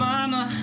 Mama